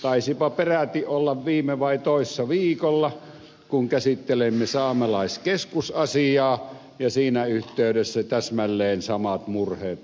taisipa peräti olla viime vai toissa viikolla kun käsittelimme saamelaiskeskusasiaa ja siinä yhteydessä täsmälleen samat murheet olivat esillä